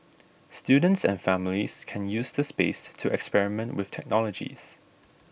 students and families can use the space to experiment with technologies